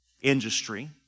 industry